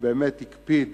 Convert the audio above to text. שבאמת הקפידו